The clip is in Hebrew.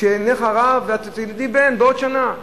הינך הרה ואת תלדי בן בעוד שנה.